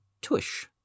tush